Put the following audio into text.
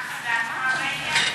נחה דעתך בעניין?